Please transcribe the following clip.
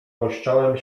kościołem